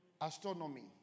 Astronomy